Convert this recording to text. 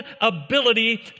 ability